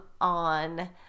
on